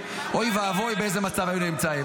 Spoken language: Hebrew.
אוי ואבוי באיזה מצב היינו נמצאים.